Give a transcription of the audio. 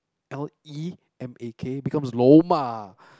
lemak becomes Lou-ma